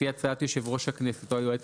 לפי הצעת יושב ראש הכנסת או היועץ